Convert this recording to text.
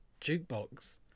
jukebox